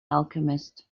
alchemist